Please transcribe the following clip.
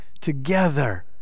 together